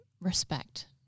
respect